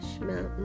mountain